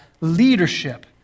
leadership